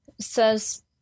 says